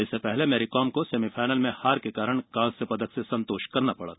इससे पहले मैरी कॉम को सेमीफाइनल में हार के कारण कांस्य पदक से संतोष करना पड़ा